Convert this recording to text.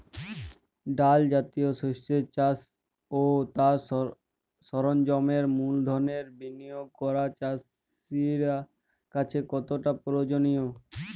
ডাল জাতীয় শস্যের চাষ ও তার সরঞ্জামের মূলধনের বিনিয়োগ করা চাষীর কাছে কতটা প্রয়োজনীয়?